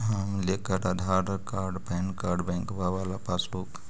हम लेकर Aadhaar card PAN card बैंकवा वाला पासबुक?